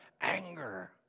anger